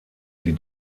die